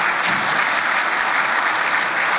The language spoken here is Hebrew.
נשיא ארצות הברית ויושב-ראש הכנסת.)